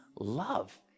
Love